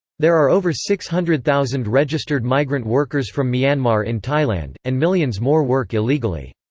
there are over six hundred thousand registered migrant workers from myanmar in thailand, and millions more work illegally.